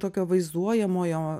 tokio vaizduojamojo